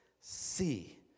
see